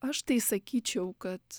aš tai sakyčiau kad